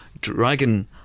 dragon